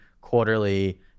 quarterly